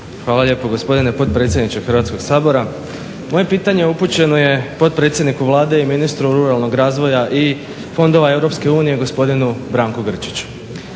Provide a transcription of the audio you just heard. Hvala lijepo gospodine potpredsjedniče Hrvatskog sabora. Moje pitanje upućeno je potpredsjedniku Vlade i ministru ruralnog razvoja i fondova Europske unije gospodinu Branku Grčiću.